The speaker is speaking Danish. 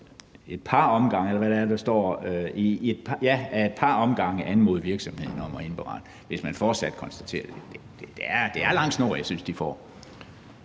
at der så efterfølgende alligevel står »ad et par omgange« at anmode virksomheden om at indberette, hvis man fortsat konstaterer det. Det er lang snor, jeg synes de får.